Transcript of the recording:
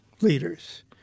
leaders